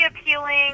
appealing